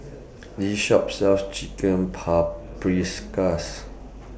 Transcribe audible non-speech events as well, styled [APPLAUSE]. [NOISE] This Shop sells Chicken Paprikas